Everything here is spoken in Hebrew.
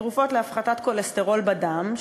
תרופות להפחתת כולסטרול בדם,